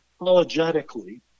apologetically